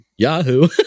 Yahoo